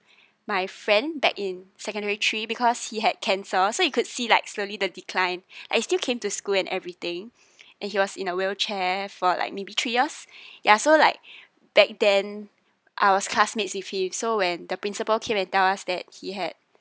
my friend back in secondary three because he had cancer so you could see like slowly the declined and he's still came to school and everything and he was in a wheelchair for like maybe three years ya so like back then I was classmates with him so when the principal came and tell us that he had